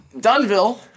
Dunville